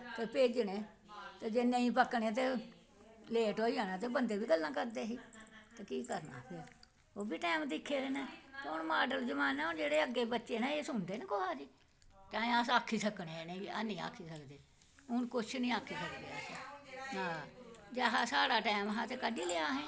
ते केह्गने ते जे नेईं पके तां लेट होई जाना ते बंदे बी गल्लां करदे हे त केह् करना फ्ही ओह्बी टाईम दिक्खे दे न ते मॉर्डन जमाना एह् जेह्ड़े बच्चे न एह् सुनदे कुसै दी ऐहीं आक्खी सकने इसगी ऐहीं निं आक्खी सकदे हून कुछ निं आक्खी सकदे आ जैसा साढ़ा टैम हा ते कड्ढी लेआ असें